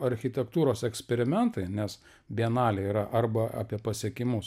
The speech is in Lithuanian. architektūros eksperimentai nes bienalė yra arba apie pasiekimus